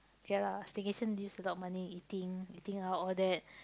kay lah staycation use a lot of money eating eating out all that